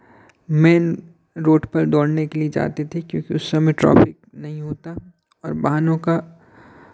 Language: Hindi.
मेन रोड पर दौड़ने के लिए जाते थे क्योंकि उस समय ट्रैफ़िक नहीं होता और वाहनों का